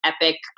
epic